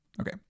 okay